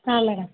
ಹಾಂ ಮೇಡಮ್